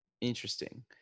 Interesting